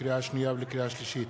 לקריאה שנייה ולקריאה שלישית,